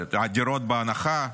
הדירות בהנחה?